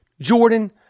Jordan